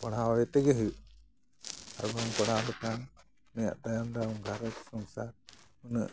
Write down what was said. ᱯᱟᱲᱦᱟᱣᱮ ᱛᱮᱜᱮ ᱦᱩᱭᱩᱜᱼᱟ ᱟᱨ ᱵᱟᱝ ᱯᱟᱲᱦᱟᱣ ᱞᱮᱠᱷᱟᱱ ᱩᱱᱤᱭᱟᱜ ᱛᱟᱭᱚᱢ ᱫᱟᱨᱟᱢ ᱜᱷᱟᱨᱚᱸᱡᱽ ᱥᱚᱝᱥᱟᱨ ᱩᱱᱟᱹᱜ